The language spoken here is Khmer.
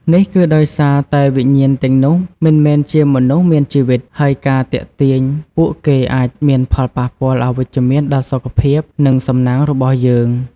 នេះគឺដោយសារតែវិញ្ញាណទាំងនោះមិនមែនជាមនុស្សមានជីវិត ហើយការទាក់ទងជាមួយពួកគេអាចមានផលប៉ះពាល់អវិជ្ជមានដល់សុខភាព និងសំណាងរបស់យើង ។